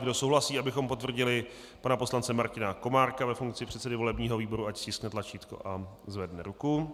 Kdo souhlasí, abychom potvrdili pana poslance Martina Komárka ve funkci předsedy volebního výboru, ať stiskne tlačítko a zvedne ruku.